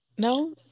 No